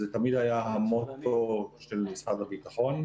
זה תמיד היה המוטו של משרד הביטחון.